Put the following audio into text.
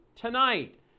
tonight